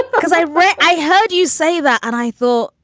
because i read i heard you say that and i thought,